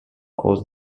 cause